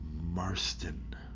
Marston